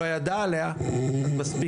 שיתרחשו.